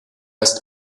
ist